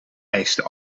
eisten